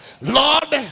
Lord